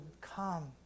come